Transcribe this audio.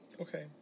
Okay